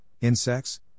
insects